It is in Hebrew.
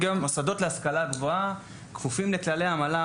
מוסדות להשכלה גבוהה כפופים לכללי המל"ג.